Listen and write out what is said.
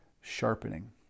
sharpening